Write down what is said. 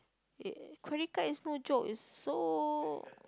eh credit card is no joke is so